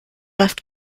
läuft